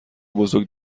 بزرگ